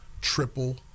triple